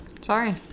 Sorry